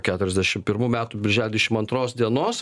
keturiasdešim pirmų metų birželio dvišim antros dienos